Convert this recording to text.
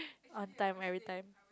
on time every time